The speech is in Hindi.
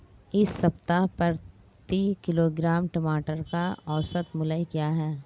इस सप्ताह प्रति किलोग्राम टमाटर का औसत मूल्य क्या है?